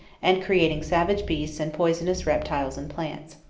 and creating savage beasts and poisonous reptiles and plants.